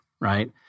right